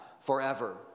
forever